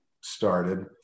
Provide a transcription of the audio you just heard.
started